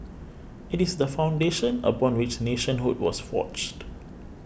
it is the foundation upon which nationhood was forged